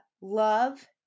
love